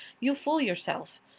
you fool yourself.